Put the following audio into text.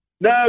No